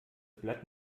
blatt